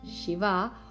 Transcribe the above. Shiva